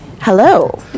Hello